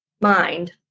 mind